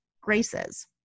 graces